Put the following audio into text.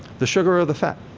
the sugar or the fat?